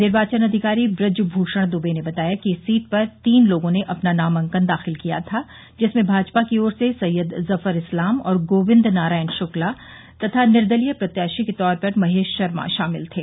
निर्वाचन अधिकारी ब्रज भूषण द्वे ने बताया कि इस सीट पर तीन लोगों ने अपना नामांकन दाखिल किया था जिसमें भाजपा की ओर से सैय्यद जफर इस्लाम और गोविन्द नारायण शुक्ला तथा निर्दलीय प्रत्याशी के तौर पर महेश शर्मा शामिल थे